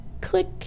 click